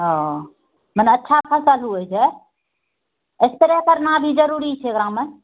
ओ मने अच्छा फसल हुऐ छै स्प्रे करना भी जरुरी छै ओकरामे